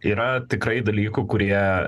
yra tikrai dalykų kurie